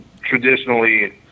traditionally